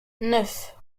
neuf